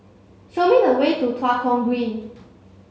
show me the way to Tua Kong Green